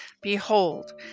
Behold